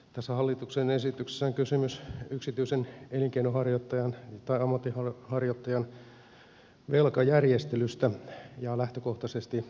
tässä hallituksen esityksessä on kysymys yksityisen elinkeinonharjoittajan tai ammatinharjoittajan velkajärjestelystä ja lähtökohtaisesti tämä on hyvä esitys